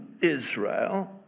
Israel